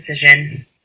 decision